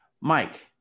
Mike